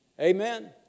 Amen